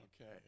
Okay